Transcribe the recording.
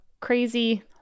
crazy